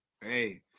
Hey